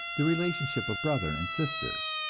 the relationship of brother and sister.